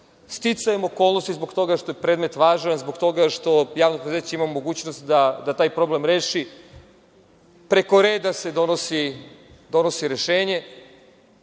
Sticajem okolnosti zbog toga što je predmet važan, zbog toga što javno preduzeće ima mogućnost da taj problem reši preko reda se donosi rešenje.